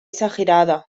exagerada